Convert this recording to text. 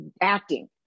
acting